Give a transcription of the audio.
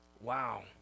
Wow